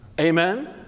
Amen